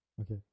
okay